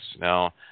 Now